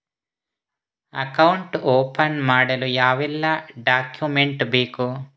Account open ಮಾಡಲು ಯಾವೆಲ್ಲ document ಬೇಕು?